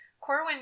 Corwin